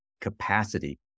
capacity